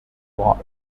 ward